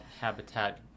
habitat